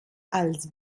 als